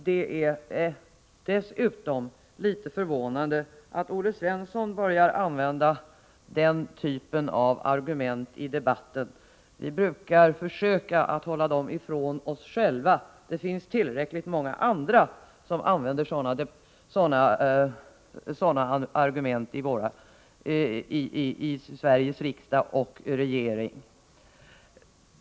Det är dessutom litet förvånande att Olle Svensson börjar använda den typen av argument i debatten. Vi brukar försöka avhålla oss från att ta till sådana argument — det finns tillräckligt många andra här i riksdagen och också i regeringen som gör det.